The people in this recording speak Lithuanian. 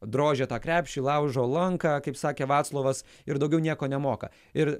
drožia tą krepšį laužo lanką kaip sakė vaclovas ir daugiau nieko nemoka ir